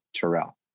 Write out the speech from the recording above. Terrell